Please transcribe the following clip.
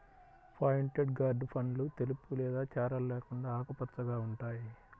pointed gourd పండ్లు తెలుపు లేదా చారలు లేకుండా ఆకుపచ్చగా ఉంటాయి